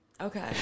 Okay